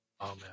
Amen